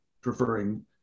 preferring